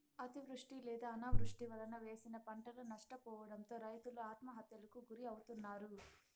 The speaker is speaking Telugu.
అతివృష్టి లేదా అనావృష్టి వలన వేసిన పంటలు నష్టపోవడంతో రైతులు ఆత్మహత్యలకు గురి అవుతన్నారు